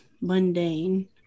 mundane